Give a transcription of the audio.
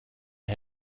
die